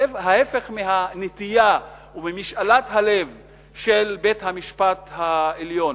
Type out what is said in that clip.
ההיפך מהנטייה וממשאלת הלב של בית-המשפט העליון.